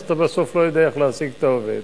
אז אתה לא יודע איך להשיג את העובד.